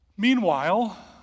Meanwhile